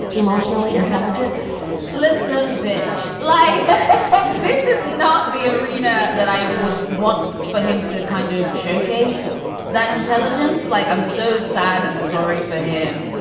emotionally intelligent listen, bitch, like this is not the arena that i would want for him to kind of showcase that intelligence like, i'm so sad and sorry for him.